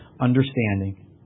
understanding